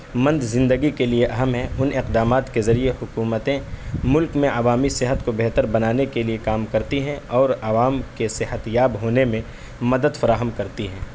مند زندگی کے لیے اہم ہیں ان اقدامات کے ذریعے حکومتیں ملک میں عوامی صحت کو بہتر بنانے کے لیے کام کرتی ہیں اور عوام کے صحتیاب ہونے میں مدد فراہم کرتی ہے